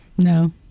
No